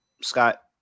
Scott